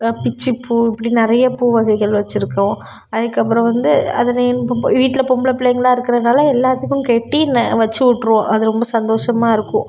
பிச்சிப்பூ இப்படி நிறைய பூ வகைகள் வச்சிருக்கோம் அதுக்கு அப்புறம் வந்து அது இப்போ வீட்டில் பொம்பள பிள்ளைங்களாக இருக்கிறதுனால எல்லாத்துக்கும் கெட்டி வச்சி விட்டுருவோம் அது ரொம்ப சந்தோஷமாக இருக்கும்